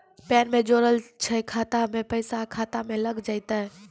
Pan ने जोड़लऽ छै खाता मे पैसा खाता मे लग जयतै?